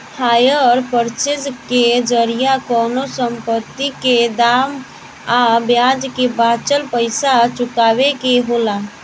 hire purchase के जरिया कवनो संपत्ति के दाम आ ब्याज के बाचल पइसा चुकावे के होला